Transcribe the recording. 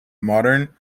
morden